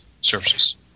services